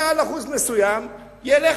מעל אחוז מסוים, ילך